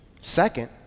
second